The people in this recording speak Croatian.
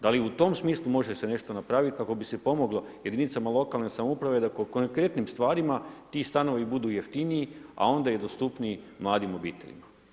Da li u tom smislu se može nešto napraviti kako bi se pomoglo jedinicama lokalne samouprave da o konkretnim stvarima ti stanovi budu jeftiniji a onda i dostupniji mladim obiteljima.